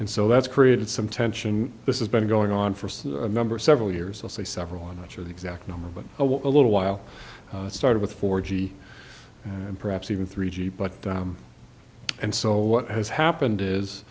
and so that's created some tension this is been going on for a number several years i'll say several i'm not sure the exact number but a little while started with four g and perhaps even three g but and so what has happened